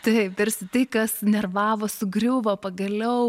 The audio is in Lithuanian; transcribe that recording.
taip tarsi tai kas nervavo sugriuvo pagaliau